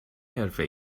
حرفه